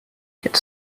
get